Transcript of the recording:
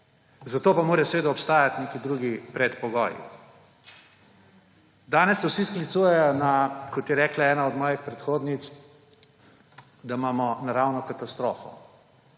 Za to pa morajo obstajati neki drugi predpogoji. Danes se vsi sklicujejo, kot je rekla ena od mojih predhodnic, na to, da imamo naravno katastrofo.